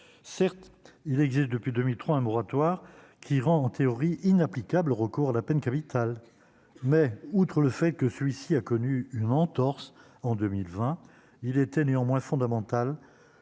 certes, il existe depuis 2003 un moratoire qui rend, en théorie inapplicable, recours à la peine capitale, mais outre le fait que celui-ci a connu une entorse en 2020 il était néanmoins fondamental